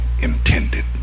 intended